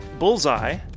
Bullseye